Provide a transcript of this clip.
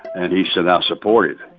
and he said i support it.